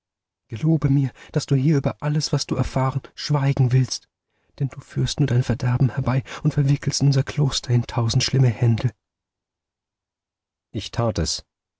gelobe mir daß du hier über alles was du erfahren schweigen willst denn du führst nur dein verderben herbei und verwickelst unser kloster in tausend schlimme händel ich tat es